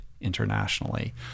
internationally